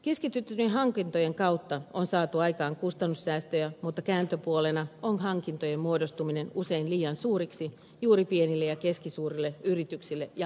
keskitettyjen hankintojen kautta on saatu aikaan kustannussäästöjä mutta kääntöpuolena on hankintojen muodostuminen usein liian suuriksi juuri pienille ja keskisuurille yrityksille ja ammatinharjoittajille